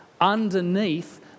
underneath